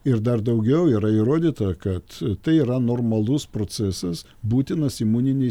ir dar daugiau yra įrodyta kad tai yra normalus procesas būtinas imuninei